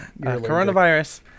coronavirus